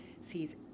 sees